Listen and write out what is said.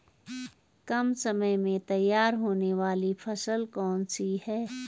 कम समय में तैयार होने वाली फसल कौन सी है?